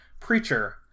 Preacher